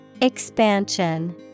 Expansion